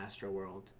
Astroworld